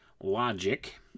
logic